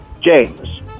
James